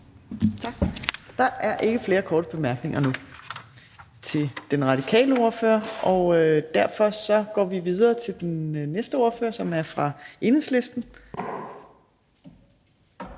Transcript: Torp): Der er ikke flere korte bemærkninger til den radikale ordfører, og derfor går vi videre til den næste ordfører, som er fra Enhedslisten.